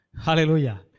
Hallelujah